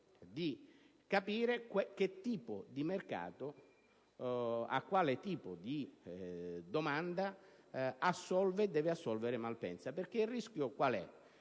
di capire a che tipo di mercato ed a quale tipo di domanda deve assolvere Malpensa: il rischio qual è?